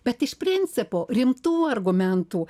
bet iš principo rimtų argumentų